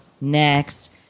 next